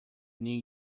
new